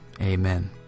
amen